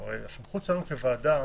הרי הסמכות שלנו כוועדה